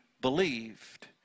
believed